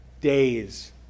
days